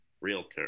realtor